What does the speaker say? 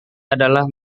adalah